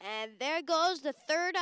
and there goes the third